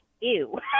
Ew